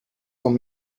con